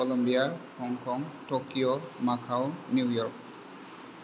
Colombia Hong Kong Tokyo macaw New York